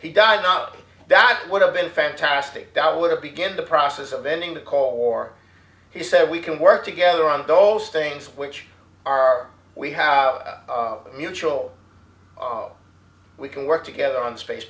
he died not that would have been fantastic that would begin the process of ending the call busy for he said we can work together on those things which are we have a mutual we can work together on space